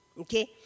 Okay